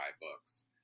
books